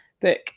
book